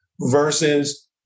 versus